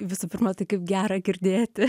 visų pirma tai kaip gera girdėti